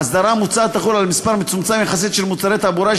ההסדרה המוצעת תחול על מספר מצומצם יחסית של מוצרי תעבורה,